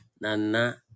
Nana